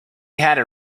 had